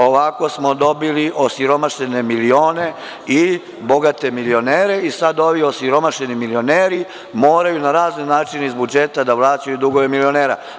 Ovako smo dobili osiromašene milione i bogate milionere i sad ovi osiromašeni milioneri moraju na razne načine iz budžeta da vraćaju dugove milionera.